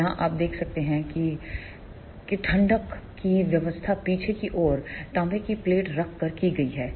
यहां आप देख सकते हैं किठंडक की व्यवस्था पीछे की ओर तांबे की प्लेट रखकर की गई है